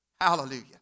Hallelujah